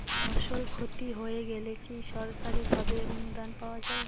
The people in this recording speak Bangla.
ফসল ক্ষতি হয়ে গেলে কি সরকারি ভাবে অনুদান পাওয়া য়ায়?